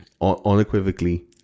unequivocally